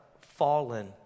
fallen